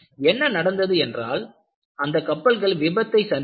என்ன நடந்தது என்றால் அந்தக் கப்பல்கள் விபத்தை சந்தித்தன